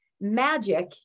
magic